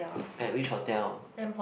at which hotel